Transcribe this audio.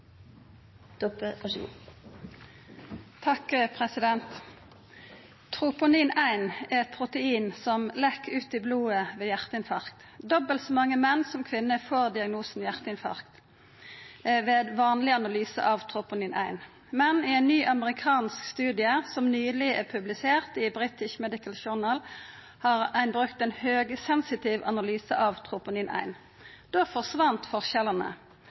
hjarteinfarkt. Dobbelt så mange menn som kvinner får diagnosen hjarteinfarkt ved vanleg analyse av Troponin 1, men i ein ny amerikansk studie som nyleg er publisert i British Medical Journal, har ein brukt ein høgsensitiv analyse av Troponin 1. Då forsvann forskjellane.